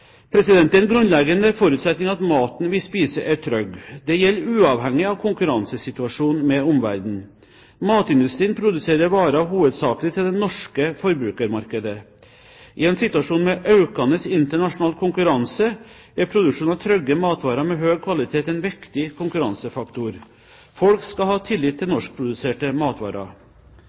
Det er en grunnleggende forutsetning at maten vi spiser, er trygg. Det gjelder uavhengig av konkurransesituasjonen med omverdenen. Matindustrien produserer varer hovedsakelig til det norske forbrukermarkedet. I en situasjon med økende internasjonal konkurranse er produksjon av trygge matvarer av høy kvalitet en viktig konkurransefaktor. Folk skal ha tillit til norskproduserte matvarer.